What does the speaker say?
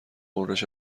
غرش